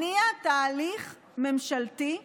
זה הניע תהליך ממשלתי,